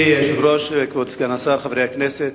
אדוני היושב-ראש, כבוד סגן השר, חברי הכנסת,